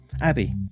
Abby